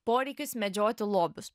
poreikis medžioti lobius